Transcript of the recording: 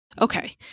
Okay